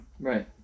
Right